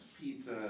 pizza